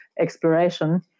exploration